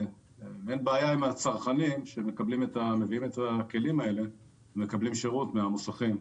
הצרכנים שמביאים את הכלים האלה ומקבלים שירות מהמוסכים.